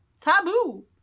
taboo